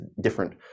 different